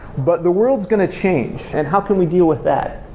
but the world is going to change, and how can we deal with that?